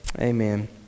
Amen